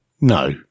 no